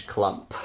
Clump